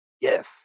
yes